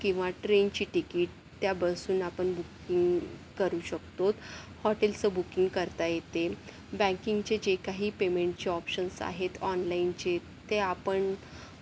किंवा ट्रेनची तिकीट त्या बसून आपण बुकिंग करू शकतो हॉटेलचं बुकिंग करता येते बँकिंगचे जे काही पेमेन्टचे ऑप्शन्स आहेत ऑनलाईनचे ते आपण